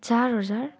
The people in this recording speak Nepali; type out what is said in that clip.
चार हजार